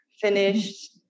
finished